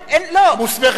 מוסמכת,